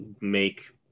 make